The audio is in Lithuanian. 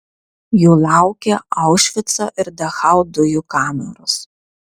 jų laukė aušvico ir dachau dujų kameros